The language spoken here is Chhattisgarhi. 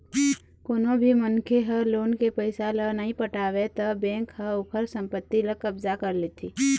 कोनो भी मनखे ह लोन के पइसा ल नइ पटावय त बेंक ह ओखर संपत्ति ल कब्जा कर लेथे